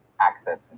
access